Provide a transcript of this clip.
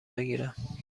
بگیرم